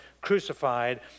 crucified